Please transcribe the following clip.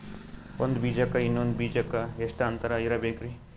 ಒಂದ್ ಬೀಜಕ್ಕ ಇನ್ನೊಂದು ಬೀಜಕ್ಕ ಎಷ್ಟ್ ಅಂತರ ಇರಬೇಕ್ರಿ?